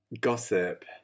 gossip